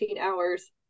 hours